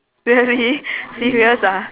really serious ah